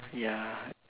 ya